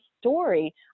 story